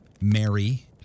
Mary